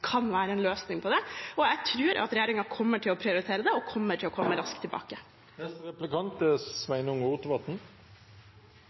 kan være en løsning på det. Jeg tror at regjeringen kommer til å prioritere det, og kommer til å komme raskt tilbake.